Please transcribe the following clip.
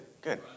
Good